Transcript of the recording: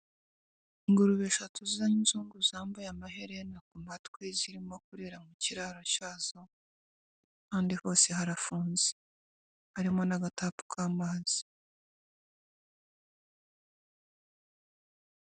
Ingurube eshatu z'inzungu zambaye amaherena ku matwi zirimo kurira mu kiraro cyazo kandi hose harafunze harimo n'agakabasi k,amazi.